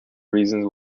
reasons